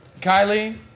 Kylie